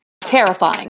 Terrifying